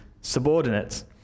subordinates